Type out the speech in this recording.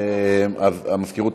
ההצעה להעביר את הצעת חוק הדרכונים (תיקון מס' 9)